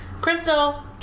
Crystal